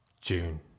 June